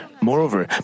Moreover